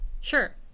sure